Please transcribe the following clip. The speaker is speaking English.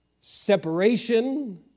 separation